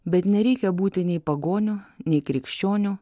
bet nereikia būti nei pagoniu nei krikščioniu